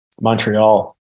Montreal